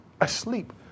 asleep